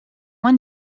one